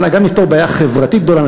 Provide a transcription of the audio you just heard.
גם נפתור בעיה חברתית גדולה,